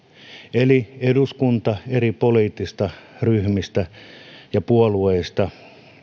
eli eduskunta eri poliittisista ryhmistä ja puolueista